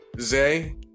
Zay